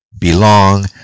belong